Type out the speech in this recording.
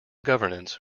governance